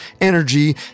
Energy